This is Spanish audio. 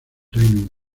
reino